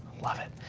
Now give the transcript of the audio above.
love it.